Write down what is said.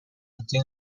جدی